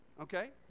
Okay